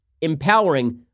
empowering